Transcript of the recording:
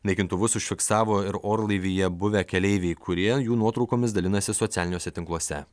naikintuvus užfiksavo ir orlaivyje buvę keleiviai kurie jų nuotraukomis dalinasi socialiniuose tinkluose